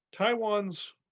Taiwan's